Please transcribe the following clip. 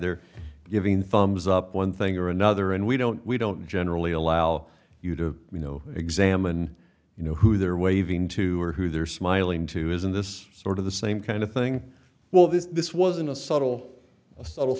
they're giving thumbs up one thing or another and we don't we don't generally allow you to you know examine you know who they're waving to or who they're smiling to isn't this sort of the same kind of thing well this wasn't a subtle s